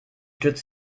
stürzt